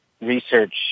research